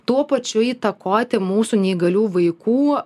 tuo pačiu įtakoti mūsų neįgalių vaikų